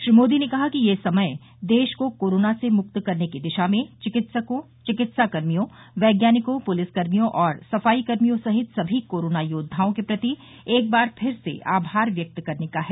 श्री मोदी ने कहा कि यह समय देश को कोरोना से मुक्त करने की दिशा में चिकित्सकों चिकित्सा कर्मियों वैज्ञानिकों पुलिसकर्मियों और सफाई कर्मियों सहित सभी कोरोना योद्वाओं के प्रति एक बार फिर से आभार व्यक्त करने का है